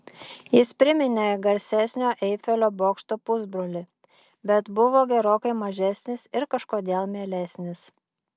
jis priminė garsesnio eifelio bokšto pusbrolį bet buvo gerokai mažesnis ir kažkodėl mielesnis